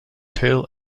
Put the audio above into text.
tail